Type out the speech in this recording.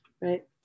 right